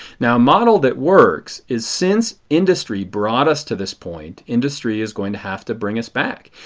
now a model that works is since industry brought us to this point, industry is going to have to bring us back.